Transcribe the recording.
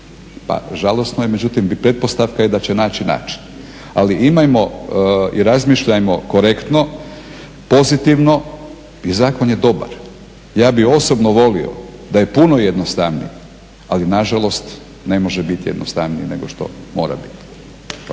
pa žalosno je, međutim pretpostavka je da će naći način, ali imajmo i razmišljajmo korektno, pozitivno i zakon je dobar. Ja bih osobno volio da je puno jednostavnije, ali nažalost ne može biti jednostavnije nego što mora biti.